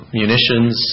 munitions